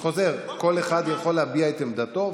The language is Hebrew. אני חוזר: כל אחד יכול להביע את עמדתו,